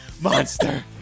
monster